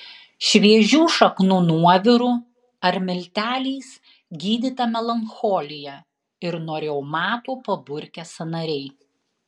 šviežių šaknų nuoviru ar milteliais gydyta melancholija ir nuo reumato paburkę sąnariai